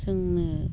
जोंनो